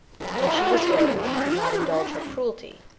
when she was ill, and could not indulge her cruelty,